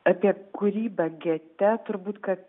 apie kūrybą gete turbūt kad